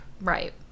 right